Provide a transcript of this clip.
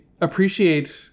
appreciate